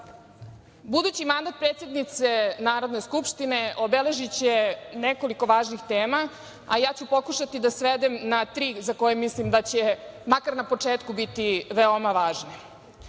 sede. Budući mandat predsednice Narodne skupštine obeležiće nekoliko važnih tema, a ja ću pokušati da svedem na tri za koje mislim da će, makar na početku, biti veoma važne.